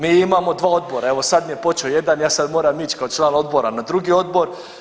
Mi imamo dva odbora, evo sad mi je počeo jedan, ja sad moram ići kao član odbora na drugi odbor.